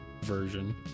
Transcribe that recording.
version